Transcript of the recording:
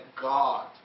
God